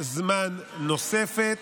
זמן נוספת.